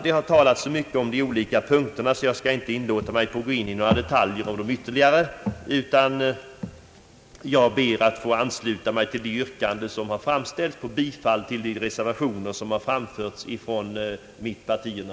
Här har talats så mycket om de olika punkterna i ärendet, och jag skall därför inte gå in på några ytterligare detaljer, utan jag ber att få ansluta mig till det yrkande som kommer att framställas om bifall till de reservationer, som har avgivits av representanter för mittenpartierna.